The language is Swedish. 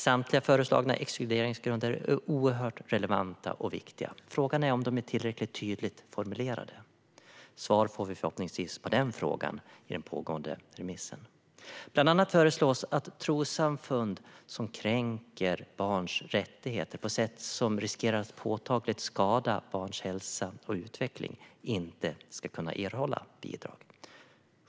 Samtliga föreslagna exkluderingsgrunder är oerhört relevanta och viktiga. Frågan är om de är tillräckligt tydligt formulerade. Svar på den frågan får vi förhoppningsvis i den pågående remissen. Bland annat föreslås att trossamfund som kränker barns rättigheter på sätt som riskerar att påtagligt skada barns hälsa och utveckling inte ska erhålla bidrag.